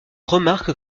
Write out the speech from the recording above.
remarque